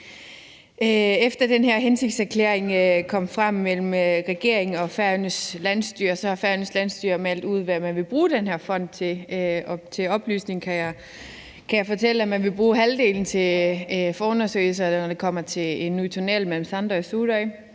Efter den her hensigtserklæring mellem regeringen og Færøernes landsstyre kom frem, har Færøernes landsstyre meldt ud, hvad man vil bruge den her fond til, og til oplysning kan jeg fortælle, at man vil bruge halvdelen til forundersøgelse, når det kommer til en ny tunnel mellem Sandoy og Suðuroy,